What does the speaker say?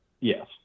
yes